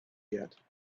yet